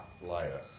later